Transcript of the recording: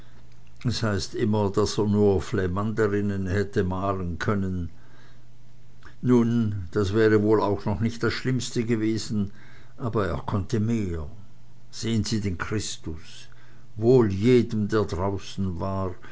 es heißt immer daß er nur flamänderinnen hätte malen können nun das wäre wohl auch noch nicht das schlimmste gewesen aber er konnte mehr sehen sie den christus wohl jedem der draußen war